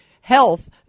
health